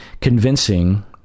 convincing